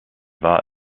war